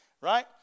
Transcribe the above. right